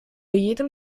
jedem